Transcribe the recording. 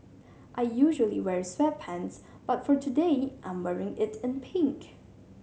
I usually wear sweatpants but for today I'm wearing it in pink